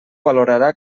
valorarà